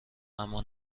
اما